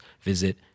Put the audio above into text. visit